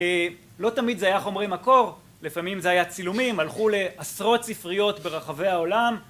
לא תמיד זה היה חומרי מקור לפעמים זה היה צילומים הלכו לעשרות ספריות ברחבי העולם